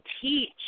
teach